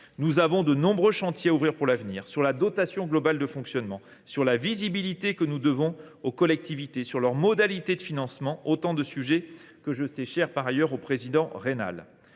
Nous avons de nombreux chantiers à ouvrir pour l’avenir : sur la dotation globale de fonctionnement ; sur la visibilité que nous devons aux collectivités ; sur leurs modalités de financement. Autant de sujets que je sais chers au président Raynal